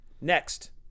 Next